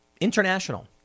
international